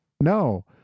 no